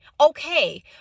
okay